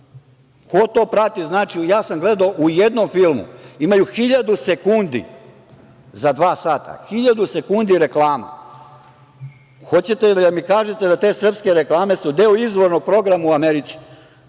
Ko to prati zna. Ja sam gledao u jednom filmu imaju 1.000 sekundi za dva sata, 1.000 sekundi reklama. Da li hoćete da mi kažete da su te srpske reklame deo izvornog programa u Americi?